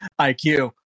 IQ